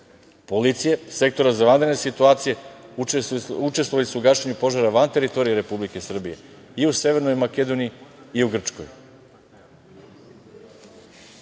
policije, Sektora za vanredne situacije učestvovali su u gašenju požara van teritorije Republike Srbije, i u Severnoj Makedoniji, i u Grčkoj. Ne